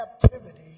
captivity